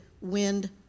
wind